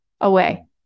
away